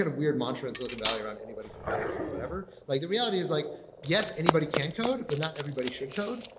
ah weird mantra in silicon valley around anybody can code and whatever. like the reality is like, yes, anybody can code, but not everybody should code,